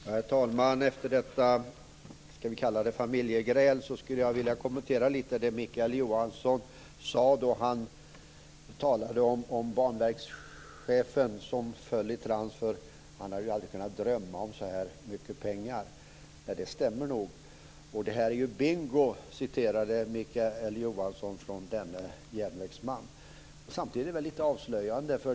Herr talman! Efter detta, ska vi kalla det, familjegräl skulle jag vilja kommentera lite det Mikael Johansson sade då han talade om Banverkschefen som föll i trans, för han hade aldrig kunnat drömma om så här mycket pengar. Det stämmer nog. Det här är ju bingo, citerade Mikael Johansson denne järnvägsman. Samtidigt är det väldigt avslöjande.